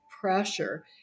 pressure